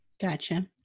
Gotcha